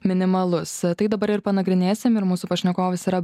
minimalus tai dabar ir panagrinėsim ir mūsų pašnekovas yra